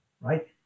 right